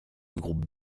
groupe